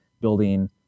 building